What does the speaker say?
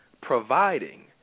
providing